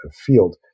field